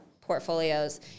portfolios